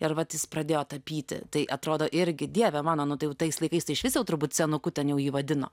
ir vat jis pradėjo tapyti tai atrodo irgi dieve mano nu tai jau tais laikais tai išvis jau turbūt senuku ten jau jį vadino